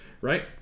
right